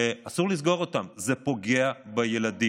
אסור לסגור אותם, זה פוגע בילדים.